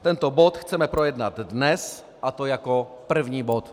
Tento bod chceme projednat dnes, a to jako první bod.